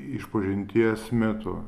išpažinties metu